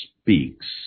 speaks